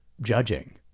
judging